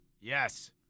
yes